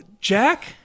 Jack